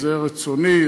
זה רצוני.